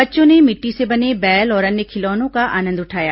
बच्चों ने मिट्टी से बने बैल और अन्य खिलौनों का आनंद उठाया